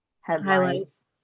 headlines